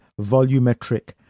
volumetric